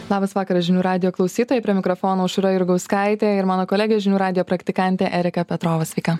labas vakaras žinių radijo klausytojai prie mikrofono aušra jurgauskaitė ir mano kolegė žinių radijo praktikantė erika petrova sveika